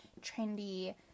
trendy